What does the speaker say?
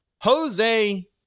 Jose